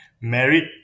married